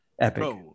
epic